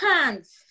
hands